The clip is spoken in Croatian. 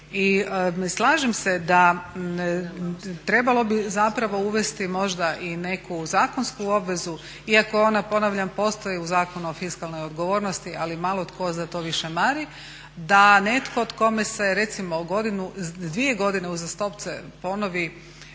I slažem se da, trebalo bi zapravo bi zapravo uvesti možda i neku zakonsku obvezu, iako ona ponavljam postoji u Zakonu o fiskalnoj odgovornosti ali malo tko za to više mari. Da netko kome se recimo 2 godine uzastopce ponovi